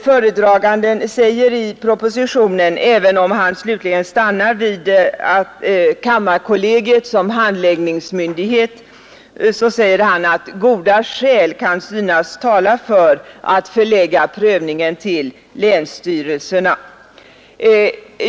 Föredraganden säger i propositionen, även om han slutligen stannar vid kammarkollegiet som handläggningsmyndighet, att goda skäl kan synas tala för att förlägga prövningen till länsstyrelserna.